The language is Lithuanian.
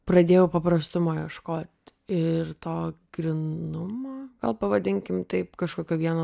pradėjau paprastumo ieškot ir to grynumo pavadinkim taip kažkokio vieno